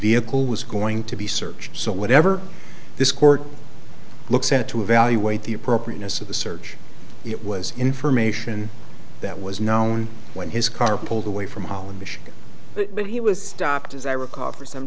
vehicle was going to be searched so whatever this court looks at to evaluate the appropriateness of the search it was information that was known when his car pulled away from holland michigan but he was stopped as i recall for some